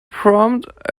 prompt